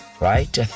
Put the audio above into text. Right